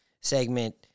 segment